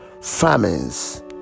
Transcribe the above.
famines